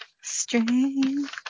Strange